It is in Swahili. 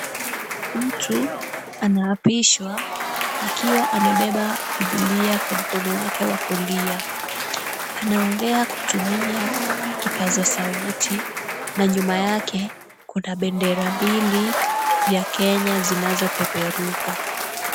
Mtu anaapishwa akiwa amebeba bibilia kwa mkono wake wa kulia. Anaongea kutumia kipaza sauti, na nyuma yake kuna bendera mbili ya Kenya zinazopeperuka.